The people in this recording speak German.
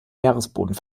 meeresboden